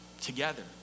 Together